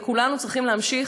וכולנו צריכים להמשיך,